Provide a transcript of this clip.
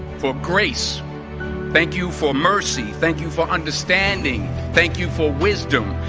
for grace thank you for mercy. thank you for understanding thank you for wisdom.